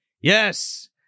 Yes